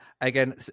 Again